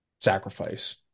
sacrifice